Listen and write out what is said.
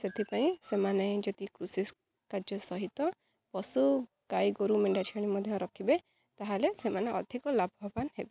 ସେଥିପାଇଁ ସେମାନେ ଯଦି କୃଷି କାର୍ଯ୍ୟ ସହିତ ପଶୁ ଗାଈ ଗୋରୁ ମେଣ୍ଢା ଛେଳି ମଧ୍ୟ ରଖିବେ ତା'ହେଲେ ସେମାନେ ଅଧିକ ଲାଭବାନ ହେବେ